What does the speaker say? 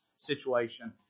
situation